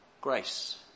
Grace